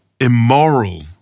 immoral